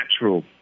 natural